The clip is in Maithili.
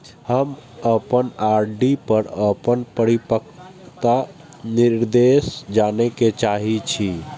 हम अपन आर.डी पर अपन परिपक्वता निर्देश जाने के चाहि छी